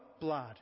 blood